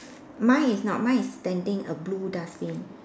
mine is not mine is standing a blue dustbin